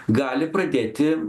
gali pradėti